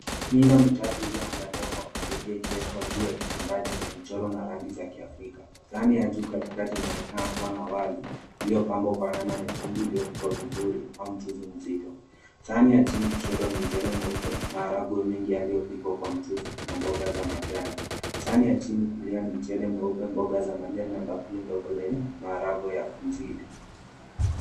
Milo mitatu ya kuvutia ikiwekwa juu ya kitambaa chenye michoro na rangi za kiafrika. Sahani ya juu katikati inaonekana kuwa na wali uliopambwa kwa hema nyekundu iliyopikwa vizuri au mchuzi mzito. Sahani ya chini kushoto ni mchele mweupe, maharagwe mengi yaliyopikwa kwa mchuzi na mboga za majani. Sahani ya chini kulia ni mchele mweupe, mboga za majani na bakuli ndogo lenye maharagwe ya mzito.